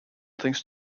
things